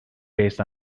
based